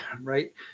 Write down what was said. right